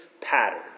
pattern